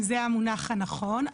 אם זה המונח הנכון.